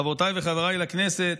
חברותיי וחבריי לכנסת,